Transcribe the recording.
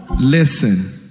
Listen